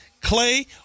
Clay